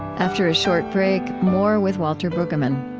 after a short break, more with walter brueggemann.